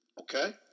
okay